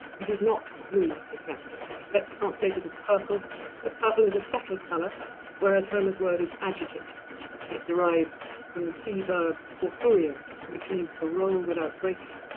it is not blue exactly it gets translated as purple but purple is a settled color whereas homer's word is agitated it derives from the sea verb porfurion which means to roll without breaking